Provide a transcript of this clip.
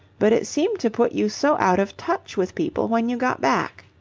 but it seemed to put you so out of touch with people when you got back.